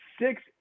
six